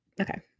okay